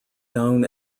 known